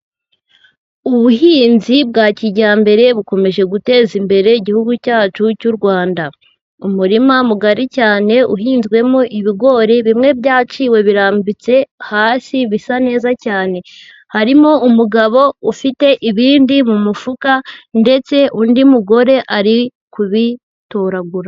Ubuhinzi bwa kijyambere bukomeje guteza imbere igihugu cyacu cy'u Rwanda, umurima mugari cyane uhinzwemo ibigori, bimwe byaciwe birambitse hasi bisa neza cyane, harimo umugabo ufite ibindi mu mufuka, ndetse undi mugore ari kubitoragura.